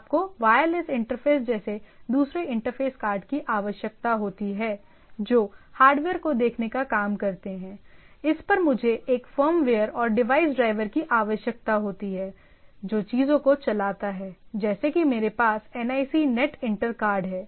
आपको wireless interface जैसे दूसरे इंटरफ़ेस कार्ड की आवश्यकता होती है जो हार्डवेयर को देखने का काम करते हैं इस पर मुझे एक फर्मवेयर और डिवाइस ड्राइवर की आवश्यकता होती है जो चीजों को चलाता है जैसे कि मेरे पास NIC नेट इंटर कार्ड है